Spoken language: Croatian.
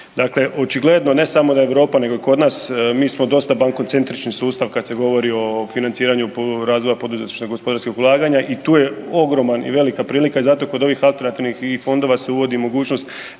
Dakle, očigledno ne samo da Europa nego kod nas mi smo dosta bankocentrični sustav kad se govori o financiranju razvoja poduzetničkih i gospodarskih ulaganja i tu je ogromna i velika prilika i zato kod ovih alternativnih fondova se uvodi mogućnost